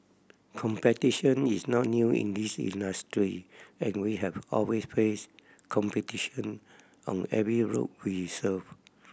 competition is not new in this industry and we have always faced competition on every route we serve